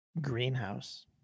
greenhouse